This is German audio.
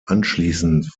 anschließend